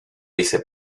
hice